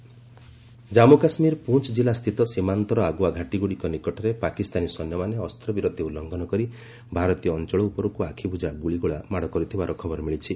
JK cease fire Jammu Kashmir Poonch ଜିଲ୍ଲା ସ୍ଥିତ ସୀମାନ୍ତର ଆଗୁଆ ଘାଟିଗୁଡ଼ିକ ନିକଟରେ ପାକିସ୍ତାନୀ ସୈନ୍ୟମାନେ ଅସ୍ତବିରତି ଉଲ୍ଲ୍ଘନ କରି ଭାରତୀୟ ଅଞ୍ଚଳ ଉପରକୁ ଆଖିବୁଜା ଗୁଳିଗୋଳା ମାଡ଼ କରିଥିବାର ଖବର ମିଳିଛି